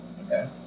Okay